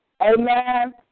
Amen